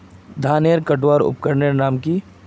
धानेर कटवार उपकरनेर नाम की?